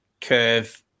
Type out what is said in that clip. curve